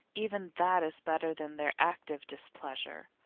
even that, is better than their active displeasure.